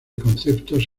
conceptos